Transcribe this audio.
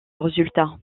résultat